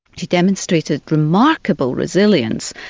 she demonstrated remarkable resilience.